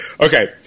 Okay